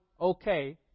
okay